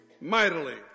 mightily